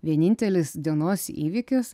vienintelis dienos įvykis